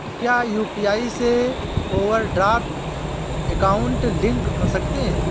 क्या यू.पी.आई से overdraft account link कर सकते हैं?